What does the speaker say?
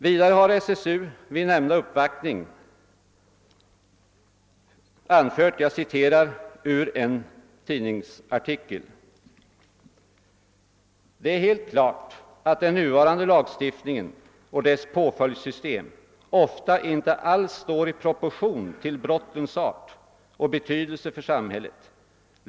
Vidare har SSU vid nämnda uppvaktning anfört — jag citerar ur en tidningsartikel: »Det är heit klart att den nuvarande lagstiftningen och dess påföljdssystem ofta inte alls står i proportion till brottens art och betydelse för samhälet.